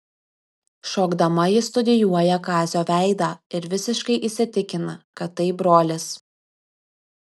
šokdama ji studijuoja kazio veidą ir visiškai įsitikina kad tai brolis